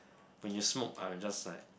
when you smoke are you just like